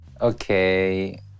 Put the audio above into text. Okay